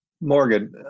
Morgan